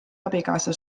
abikaasa